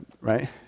Right